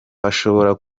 hashobora